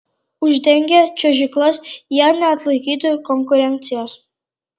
uždengę čiuožyklas jie neatlaikytų konkurencijos